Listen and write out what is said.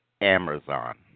Amazon